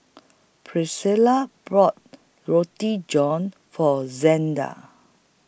Priscila brought Roti John For Xander